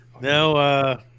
No